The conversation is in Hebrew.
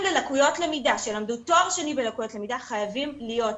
ללקויות למידה שלמדו תואר שני בלקויות למידה חייבים להיות.